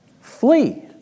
flee